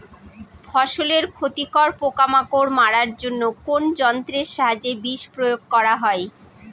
ফসলের ক্ষতিকর পোকামাকড় মারার জন্য কোন যন্ত্রের সাহায্যে বিষ প্রয়োগ করা হয়?